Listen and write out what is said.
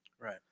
Right